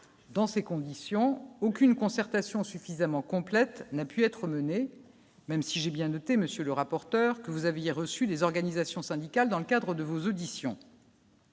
dans ces conditions, aucune concertation suffisamment complète n'a pu être menée, même si j'ai bien noté monsieur le rapporteur, que vous aviez reçu les organisations syndicales dans le cadre de vos auditions.